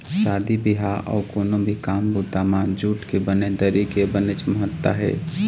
शादी बिहाव अउ कोनो भी काम बूता म जूट के बने दरी के बनेच महत्ता हे